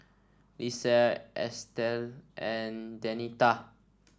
Lisle Estelle and Denita